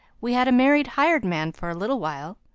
we had a married hired man for a little while,